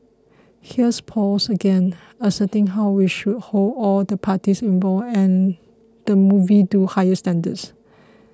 here's Paul again asserting how we should hold all the parties involved and the movie to higher standards